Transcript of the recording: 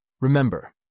Remember